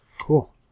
Cool